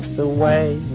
the way